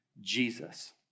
Jesus